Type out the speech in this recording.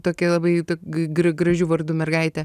tokia labai g gr gražiu vardu mergaitė